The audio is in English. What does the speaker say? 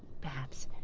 perhaps.